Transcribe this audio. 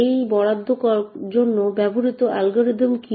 এই বরাদ্দের জন্য ব্যবহৃত অ্যালগরিদম কি